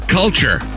culture